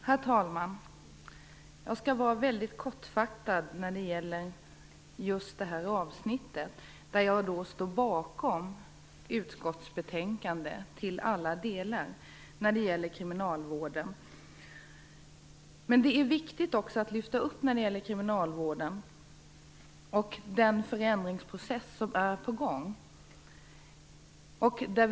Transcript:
Herr talman! Jag skall vara väldigt kortfattad när det gäller just detta avsnitt, där jag i alla delar står bakom utskottets hemställan i betänkandet när det gäller kriminalvården. Det är viktigt att lyfta fram den förändringsprocess som är på gång inom kriminalvården.